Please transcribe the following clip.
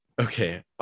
okay